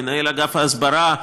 מנהל אגף ההסברה,